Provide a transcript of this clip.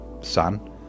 son